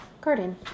garden